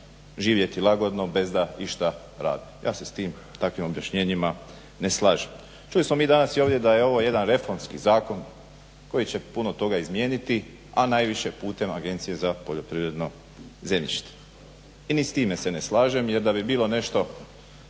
živjeti lagodno bez da išta radi. Ja se s tim takvim objašnjenjima ne slažem. Čuli smo mi danas i ovdje da je ovo jedan reformski zakon koji će puno toga izmijeniti a najviše putem agencije za poljoprivredno zemljište i ni s time se ne slažem jer da bi bilo nešto